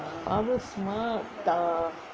father smart